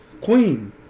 Queen